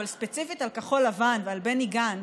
אבל ספציפית על כחול לבן ועל בני גנץ,